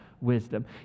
wisdom